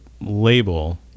label